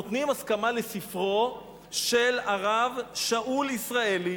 נותנים הסכמה לספרו של הרב שאול ישראלי,